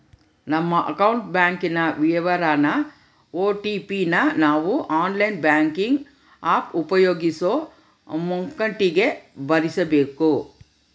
ನಮ್ಮ ಅಕೌಂಟ್ ಬ್ಯಾಂಕಿನ ವಿವರಾನ ಓ.ಟಿ.ಪಿ ನ ನಾವು ಆನ್ಲೈನ್ ಬ್ಯಾಂಕಿಂಗ್ ಆಪ್ ಉಪಯೋಗಿಸೋ ಮುಂಕಟಿಗೆ ಭರಿಸಬಕು